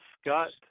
Scott